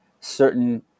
certain